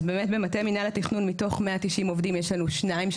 אז באמת במטה מינהל התכנון מתוך 190 עובדים יש לנו שניים,